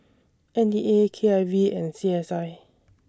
N E A K I V and C S I